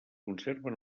conserven